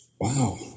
Wow